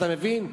אתה מבין?